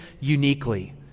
uniquely